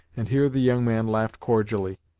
and here the young man laughed cordially,